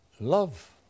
love